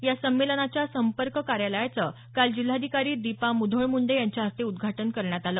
या संमेलनाच्या संपर्क कार्यालयाचं काल जिल्हाधिकारी दीपा मुधोळ मुंडे यांच्या हस्ते उद्घाटन करण्यात आलं